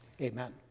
Amen